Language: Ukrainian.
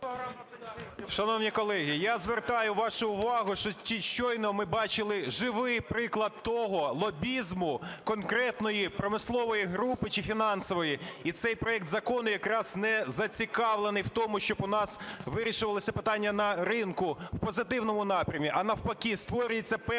Шановні колеги, я звертаю вашу увагу, що щойно ми бачили живий приклад того лобізму, конкретної промислової групи, чи фінансової. І цей проект закону, якраз не зацікавлений в тому, щоб у нас вирішувалося питання на ринку в позитивному напрямі. А навпаки, створюється певний